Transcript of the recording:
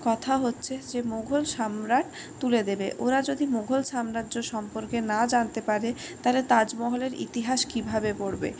কথা হচ্ছে যে মুঘল সম্রাট তুলে দেবে ওরা যদি মুঘল সাম্রাজ্য সম্পর্কে না জানতে পারে তাহলে তাজমহলের ইতিহাস কীভাবে পড়বে